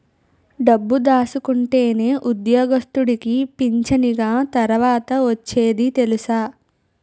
డబ్బు దాసుకుంటేనే ఉద్యోగస్తుడికి పింఛనిగ తర్వాత ఒచ్చేది తెలుసా